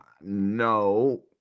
No